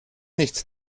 nichts